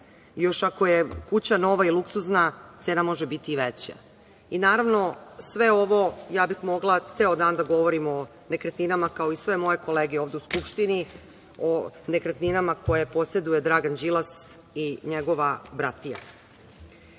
Još i ako je kuća nova i luksuzna cena može biti i veća. I ja bih mogla ceo dan da govorim o nekretninama kao i sve moje kolege ovde u Skupštini, o nekretninama koje poseduje Dragan Đilas i njegova bratija. Onda